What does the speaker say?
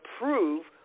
prove